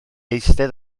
eistedd